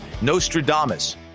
Nostradamus